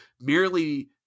merely